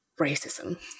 racism